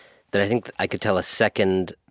that i think i could tell a second